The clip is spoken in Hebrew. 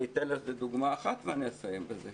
אני אתן לזה דוגמא אחת ואני אסיים בזה.